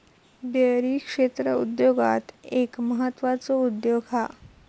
dairy क्षेत्र उद्योगांत एक म्हत्त्वाचो उद्योग हा